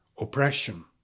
oppression